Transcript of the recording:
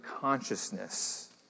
consciousness